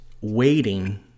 waiting